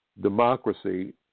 democracy